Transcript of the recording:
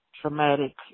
traumatic